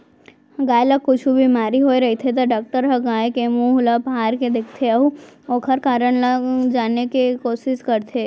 गाय ल कुछु बेमारी होय रहिथे त डॉक्टर ह गाय के मुंह ल फार के देखथें अउ ओकर कारन ल जाने के कोसिस करथे